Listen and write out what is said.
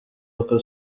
uko